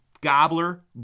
gobbler